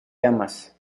llamas